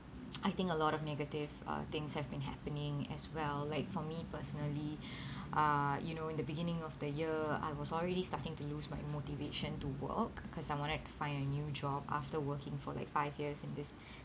I think a lot of negative uh things have been happening as well like for me personally uh you know in the beginning of the year I was already starting to lose my motivation to work cause I wanted to find a new job after working for like five years in this